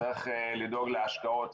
צריך לדאוג להשקעות,